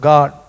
God